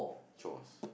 chores